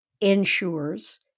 insures